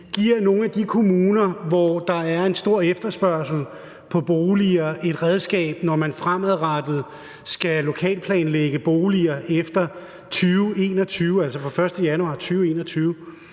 give nogle af de kommuner, hvor der er en stor efterspørgsel på boliger, et redskab, når de fremadrettet skal lokalplanlægge boliger efter 2021,